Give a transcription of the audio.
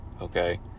okay